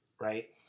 right